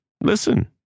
listen